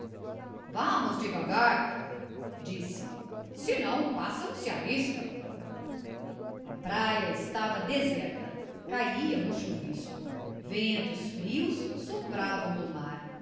vamos devagar disse se não o pássaro se arisca a praia estava deserta caia um chuvisco ventos frios sopravam do mar